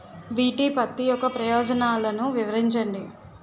BT పత్తి యొక్క ప్రయోజనాలను వివరించండి?